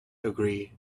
agree